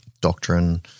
doctrine